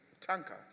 tanker